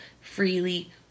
freely